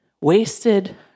wasted